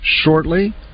shortly